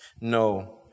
No